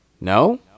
No